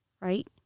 right